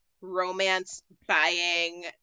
romance-buying